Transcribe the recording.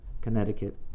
Connecticut